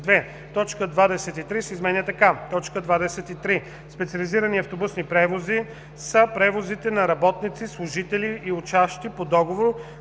Точка 23 се изменя така: „23. „Специализирани автобусни превози“ са превозите на работници, служители и учащи по договор